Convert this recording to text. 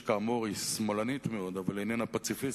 שכאמור היא שמאלנית מאוד אבל איננה פציפיסטית,